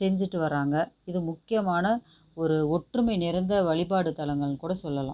செஞ்சுட்டு வராங்க இது முக்கியமான ஒரு ஒற்றுமை நிறைந்த வழிபாட்டுத் தலங்களென்னு கூட சொல்லெலாம்